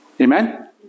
Amen